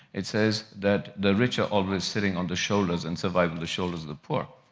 it says that the rich are always sitting on the shoulders and survive on the shoulders of the poor.